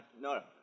No